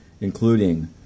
including